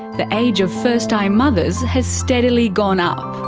the age of first-time mothers has steadily gone up.